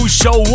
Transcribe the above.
show